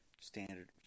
standard